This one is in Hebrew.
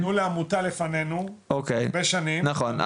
נתנו לעמותה לפנינו לפני שנים --- נכון,